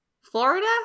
Florida